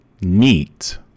neat